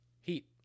Heat